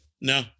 No